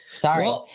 Sorry